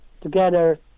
together